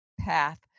path